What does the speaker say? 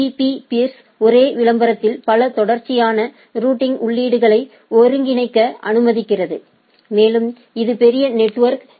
பீ peers ஒரே விளம்பரத்தில் பல தொடர்ச்சியான ரூட்டிங் உள்ளீடுகளை ஒருங்கிணைக்க அனுமதிக்கிறது மேலும் இது பெரிய நெட்வொர்க் பி